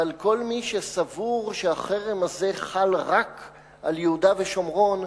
לכן כל מי שסבור שהחרם הזה חל רק על יהודה ושומרון,